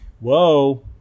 Whoa